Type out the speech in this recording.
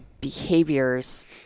behaviors